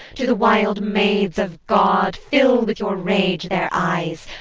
to the wild maids of god fill with your rage their eyes,